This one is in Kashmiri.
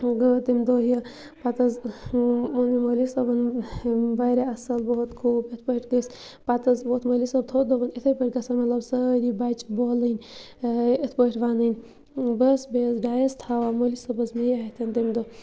گوٚو تمہِ دۄہ یہِ پَتہٕ حظ ووٚن مےٚ مولوی صٲبَن واریاہ اَصٕل بہٕ بہت خوٗب یِتھ پٲٹھۍ گٔژھۍ پَتہٕ حظ ووت مولوی صٲب تھوٚد دوٚپُن یِتھے پٲٹھۍ گژھَن مطلب سٲری بَچہِ بولٕنۍ یِتھ پٲٹھۍ وَنٕنۍ بَس بیٚیہِ حظ ڈایس تھاوان مولوی صٲبَس مے اَتھٮ۪ن تمہِ دۄہ